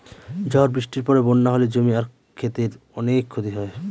ঝড় বৃষ্টির পরে বন্যা হলে জমি আর ক্ষেতের অনেক ক্ষতি হয়